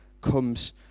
comes